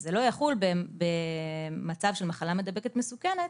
זה לא יחול במצב של מחלה מידבקת מסוכנת